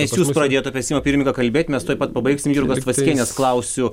nes jūs pradėjot apie seimo pirmininką kalbėt mes tuoj pat pabaigsim jurgos tvaskienės klausiu